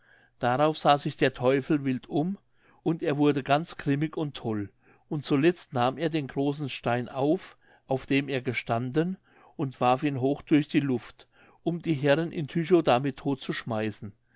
darauf sah sich der teufel wild um und er wurde ganz grimmig und toll und zuletzt nahm er den großen stein auf auf dem er gestanden und warf ihn hoch durch die luft um die herren in tychow damit